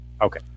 Okay